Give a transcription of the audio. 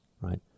Right